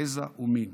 גזע ומין.